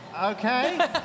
Okay